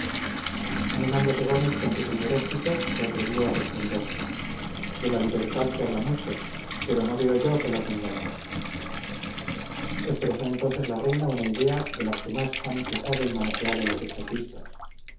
animándose gómez con su primer éxito se atrevió a responder de la libertad se habla mucho pero no veo yo que la tengamos expresó entonces la reina una idea de las que más han usado y manoseado los estatuistas